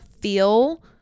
feel